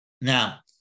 now